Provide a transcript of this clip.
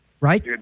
right